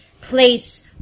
place